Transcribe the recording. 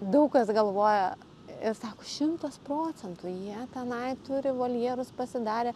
daug kas galvoja ir sako šimtas procentų jie tenai turi voljerus pasidarę